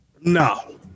No